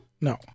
No